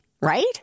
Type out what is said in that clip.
right